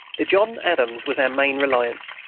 the john adams was our main reliance.